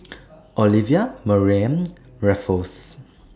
Olivia Mariamne Raffles